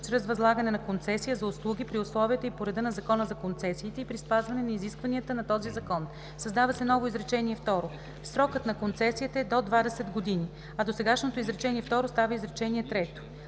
чрез възлагане на концесия за услуги при условията и по реда на Закона за концесиите и при спазване на изискванията на този закон.“, създава се ново изречение второ: „Срокът на концесията е до 20 години.“, а досегашното изречение второ става изречение трето;